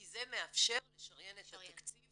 כי זה מאפשר לשריין את התקציב